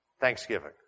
Thanksgiving